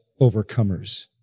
overcomers